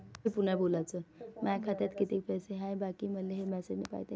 माया खात्यात कितीक पैसे बाकी हाय, हे मले मॅसेजन पायता येईन का?